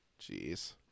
Jeez